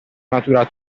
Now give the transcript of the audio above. matura